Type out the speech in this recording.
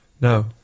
No